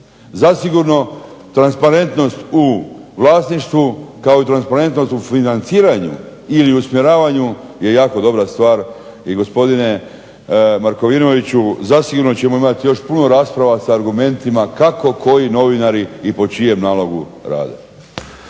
Zasigurno transparentnost u vlasništvu kao i transparentnost u financiranju ili usmjeravanju je jako dobra stvar i gospodine Markovinoviću zasigurno ćemo imati još puno rasprava sa argumentima kako koji novinari i po čijem nalogu rade.